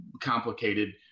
complicated